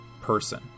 person